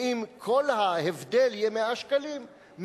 שאם כל ההבדל יהיה 100 שקלים,